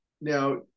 now